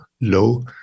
low